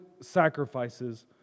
sacrifices